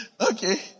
Okay